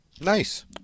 Nice